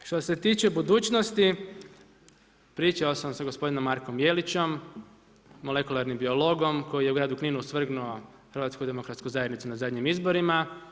Što se tiče budućnosti, pričao sam sa gospodinom Markom Jelićem, molekularnim biologom koji je u gradu Kninu osvrgnuo HDZ na zadnjim izborima.